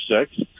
six